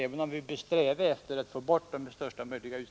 Vi har därför inte kunnat biträda reservationsyrkandet.